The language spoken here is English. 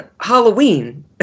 Halloween